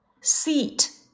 seat